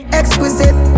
exquisite